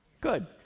Good